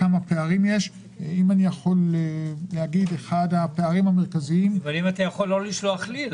כמה פערים יש -- אם אתה יכול לא לשלוח לי,